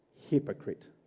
hypocrite